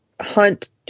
hunt